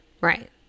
right